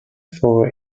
for